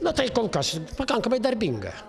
na tai kol kas pakankamai darbinga